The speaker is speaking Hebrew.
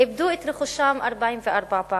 איבדו את רכושם 44 פעמים.